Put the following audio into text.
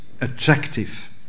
attractive